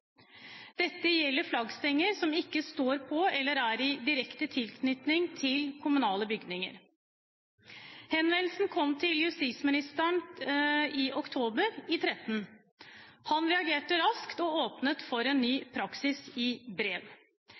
Dette gjelder flaggstenger som ikke står på eller er i direkte tilknytning til kommunale bygninger. Henvendelsen kom til justisministeren i oktober 2013. Han reagerte raskt og åpnet i brev for en ny praksis.